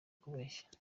kubeshya